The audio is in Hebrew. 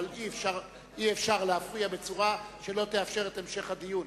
אבל אי-אפשר להפריע בצורה שלא תאפשר את המשך הדיון.